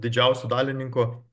didžiausiu dalininku